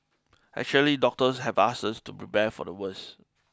actually doctors have asked us to prepare for the worst